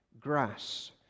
grass